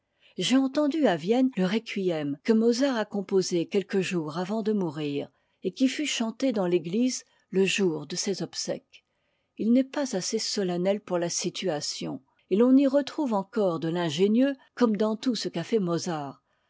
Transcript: j'ai entendu à vienne le re mtem que mozart a composé quelques jours avant de mourir et qui fut chanté dans t'égtise le jour'de ses obsèques il n'est pas assez solennel pour la situation et l'on y retrouve encore de l'ingénieux comme dans tout ce qu'a fait mozart